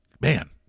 Man